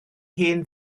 hen